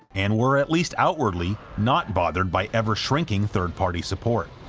and were at least outwardly not bothered by ever-shrinking third-party support.